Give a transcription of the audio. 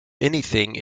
anything